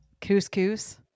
couscous